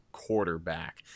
quarterback